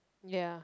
ya